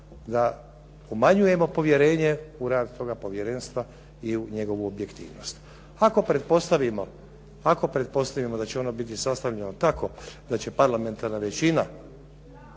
da umanjujemo povjerenje u rad toga povjerenstva i u njegovu objektivnost. Ako pretpostavimo da će ono biti sastavljeno ta da će parlamentarna većina